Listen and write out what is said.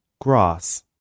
Grass